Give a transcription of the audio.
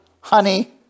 honey